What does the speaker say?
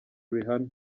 rihanna